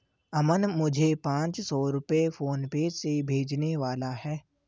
अमन मुझे पांच सौ रुपए फोनपे से भेजने वाला है